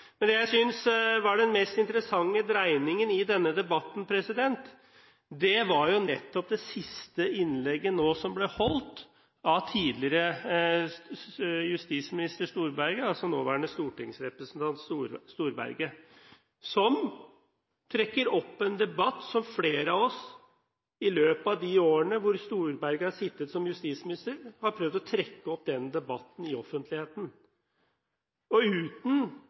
Men det jeg synes er den mest interessante dreiningen i denne debatten, er nettopp det siste innlegget som ble holdt av tidligere justisminister Storberget, altså nåværende stortingsrepresentant Storberget. Han trekker opp en debatt som flere av oss i løpet av de årene da Storberget var justisminister, prøvde å trekke opp i offentligheten – uten at Storberget tok noe initiativ i de vel seks–syv årene han satt som justisminister. Men Storberget og